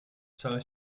wcale